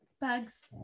Bugs